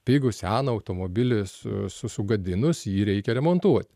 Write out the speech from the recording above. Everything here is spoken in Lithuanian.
pigų seną automobilį su su sugadinus jį reikia remontuo